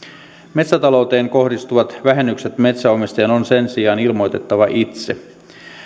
metsätalouteen kohdistuvat vähennykset metsänomistajan on sen sijaan ilmoitettava itse